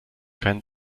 keinen